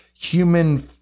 human